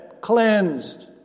Cleansed